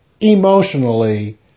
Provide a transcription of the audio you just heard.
emotionally